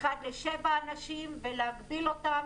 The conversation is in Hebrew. ולהגביל אותם,